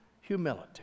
humility